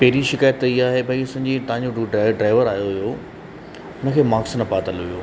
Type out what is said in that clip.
पहरीं शिकायत त इहा आहे भई असांजी तव्हांजो उहो ड्राइवर आहियो हुओ उन खे माक्स न पातल हुओ